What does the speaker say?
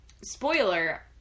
spoiler